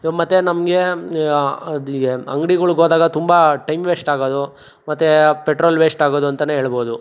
ಮತ್ತು ನಮಗೆ ಅದು ಅಂಗ್ಡಿಗಳಿಗೋದಾಗ ತುಂಬ ಟೈಮ್ ವೇಷ್ಟಾಗೋದು ಮತ್ತು ಪೆಟ್ರೋಲ್ ವೇಷ್ಟಾಗೋದು ಅಂತಲೇ ಹೇಳ್ಬೌದು